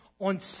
on